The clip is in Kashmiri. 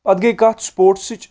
پتہٕ گٔیہِ کتھ سپوسٹٕچ